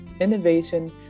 innovation